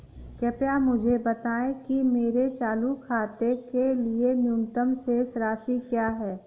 कृपया मुझे बताएं कि मेरे चालू खाते के लिए न्यूनतम शेष राशि क्या है?